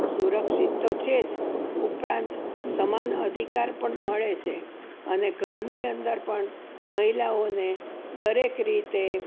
સુરક્ષિત તો છે જ ઉપરાંત સમાન અધિકાર પણ મળે છે અને ઘરની અંદર પણ મહિલાઓને દરેક રીતે